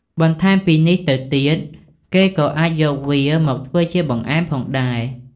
បន្ថែមពីនេះទៅទៀតគេក៏អាចយកវាមកធ្វើជាបង្អែមផងដែរ។